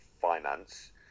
finance